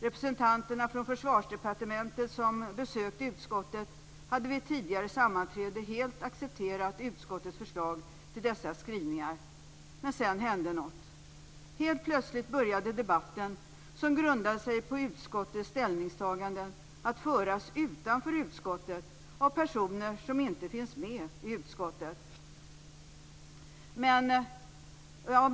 Representanterna från Försvarsdepartementet som besökt utskottet hade vid ett tidigare sammanträde helt accepterat utskottets förslag till dessa skrivningar. Men sedan hände något. Helt plötsligt började debatten, som grundade sig på utskottets ställningstaganden, att föras utanför utskottet av personer som inte finns med i utskottet.